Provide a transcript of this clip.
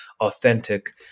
authentic